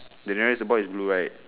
the nearest the boy is blue right